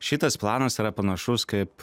šitas planas yra panašus kaip